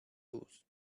lose